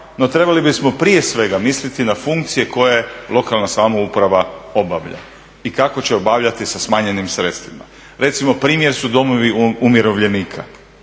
no trebali bismo prije svega misliti na funkcije koje lokalna samouprava obavlja i kako će obavljati sa smanjenim sredstvima. Recimo primjer su domovi umirovljenika